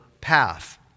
path